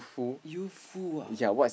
youthful ah